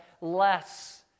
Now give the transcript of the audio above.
less